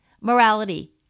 morality